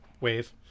Wave